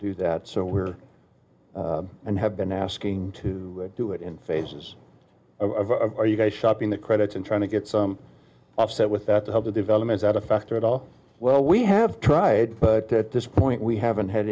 do that so we're and have been asking to do it in phases are you guys shopping the credit and trying to get some offset with that other development at a factor at all well we have tried but at this point we haven't had